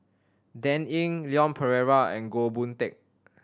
Dan Ying Leon Perera and Goh Boon Teck